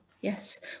Yes